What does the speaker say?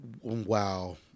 wow